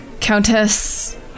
Countess